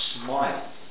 smile